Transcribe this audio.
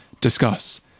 discuss